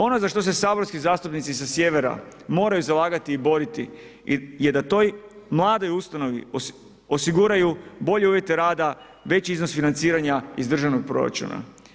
Ono za što se saborski zastupnici sa sjevera moraju zalagati i boriti je da toj mladoj ustanovi osiguraju bolje uvjete rada, veći iznos financiranja iz državnog proračuna.